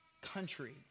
country